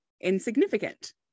insignificant